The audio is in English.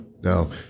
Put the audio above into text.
No